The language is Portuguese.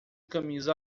camisa